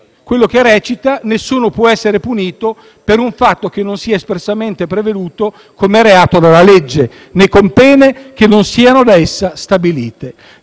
penale recita: «Nessuno può essere punito per un fatto che non sia espressamente preveduto come reato dalla legge, né con pene che non siano da essa stabilite».